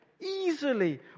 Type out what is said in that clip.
easily